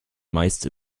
meist